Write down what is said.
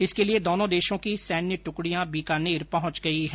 इसके लिए दोनों देशों की सैन्य ट्रकड़ियां बीकानेर पहुंच गई हैं